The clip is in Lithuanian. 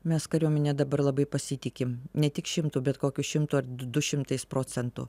mes kariuomene dabar labai pasitikim ne tik šimtu bet kokiu šimtu ar du šimtais procentų